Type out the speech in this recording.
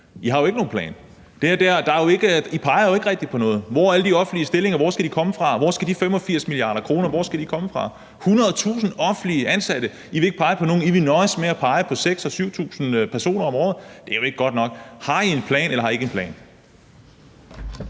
I har jo ikke nogen plan. I peger jo ikke rigtig på noget. Hvor er alle de offentlige stillinger? Hvor skal de komme fra? Hvor skal de 85 mia. kr. komme fra? I vil ikke pege på nogen af de 100.000 offentligt ansatte, I vil nøjes med at pege på 6.000-7.000 personer om året. Det er jo ikke godt nok. Har I en plan, eller har I ikke en plan?